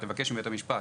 לבקש מבית המשפט,